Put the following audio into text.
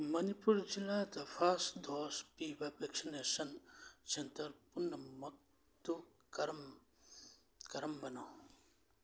ꯃꯅꯤꯄꯨꯔ ꯖꯤꯜꯂꯥꯗ first dose ꯄꯤꯕ vaccination centre ꯄꯨꯝꯅꯃꯛꯇꯨ ꯀꯔꯝ ꯀꯔꯝꯕꯅꯣ